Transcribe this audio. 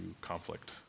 conflict